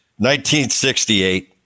1968